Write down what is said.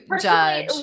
judge